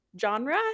genre